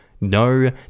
No